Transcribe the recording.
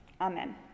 Amen